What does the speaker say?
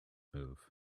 move